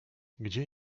gdzie